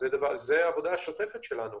זו העבודה השוטפת שלנו.